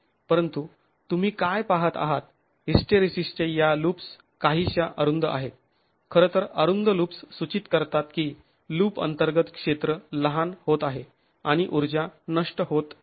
परंतु तुम्ही काय पाहत आहात हिस्टरेसिसच्या या लुप्स् काहीश्या अरुंद आहेत खरंतर अरुंद लुप्स् सुचित करतात की लूप अंतर्गत क्षेत्र लहान होत आहे आणि ऊर्जा नष्ट होते आहे